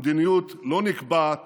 המדיניות לא נקבעת